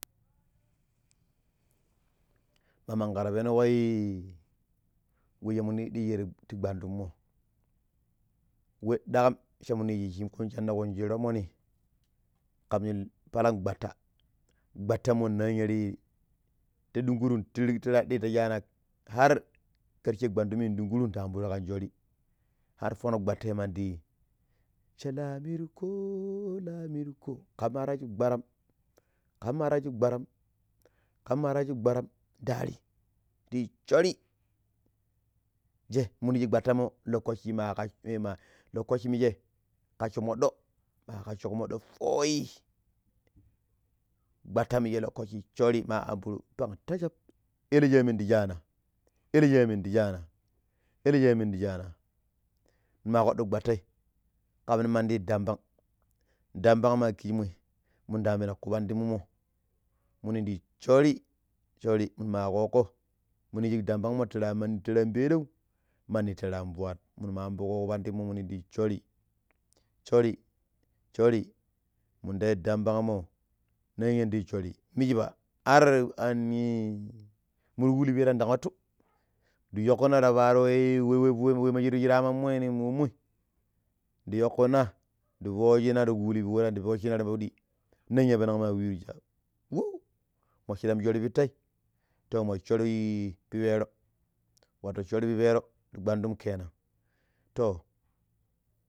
Ma manƙara penoii we shiminu yiddiji ti gwandumo we daƙam shi mini yiiji shi shana ƙunji tomoni ƙam nin palang gwatta gwattamo na̱nya̱ ti ta ɗunkurun ti raddi tii shaana har karshe gwudumi nɗunƙuru ndaampurun ta amburun ƙan shori har fonoƙƙ gbatati ma di yi cha lamirko lamirko ƙamma tashu gbaram, ƙamma tashi gbaram, ƙamma tashu gbaram ndari ndi shoori nje mino shi gbatamo lokash minje ƙasho mooɗo ma ƙashuƙo mooɗo fooyi gbataminje ta lokoci shira mar anburu pang ta̱sha̱k ele shaame ndi shaana ele shaame ndi shaana, ele shaame ndi shaano ma kpaɗuƙo gbattai ƙam nong mandi dang bang dang bang ma kijimoi minda ambina ƙuu pandimumo minu ndi yi shoori shoori minu ma ƙooƙo minuma shig dambanginmo ti tereanpedau mandi tere anfwat minu ma ambuƙo ƙu pandimo minu ndi yi shori, shori, shori mindayu dangbanghmo na̱ya̱ ndi shori mishiba har an mura illi piirandang nwatu ndi yoƙƙina ta paaro were fuyo fuyo shiramoi nin mommoi ndi yoƙƙina ndi foshina ta kulli iira ndi fashinna ta pudi ninya yapengo wuuru sha wow. Mo shidam shori pipe to mo shori pipero wato shori pipero ti gwandum kenan too